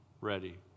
ready